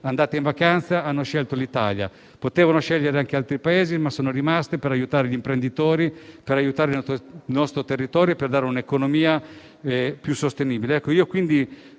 andate in vacanza ha scelto l'Italia. Potevano scegliere anche altri Paesi, ma sono rimaste per aiutare gli imprenditori e il nostro territorio e per un'economia più sostenibile. Faccio a